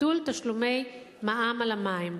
ביטול תשלומי מע"מ על המים.